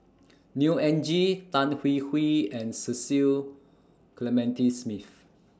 Neo Anngee Tan Hwee Hwee and Cecil Clementi Smith